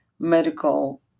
medical